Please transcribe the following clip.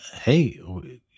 hey